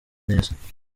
neza